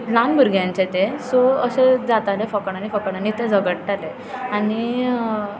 ल्हान भुरग्यांचे ते सो अशें जातालें फकाणांनी फकाणांनी ते झगडटाले आनी